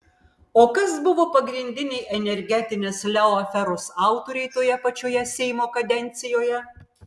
o kas buvo pagrindiniai energetinės leo aferos autoriai toje pačioje seimo kadencijoje